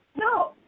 No